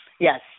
Yes